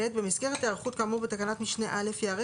(ב)במסגרת הערכות כאמור בתקנת משנה (א) ייערך